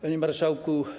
Panie Marszałku!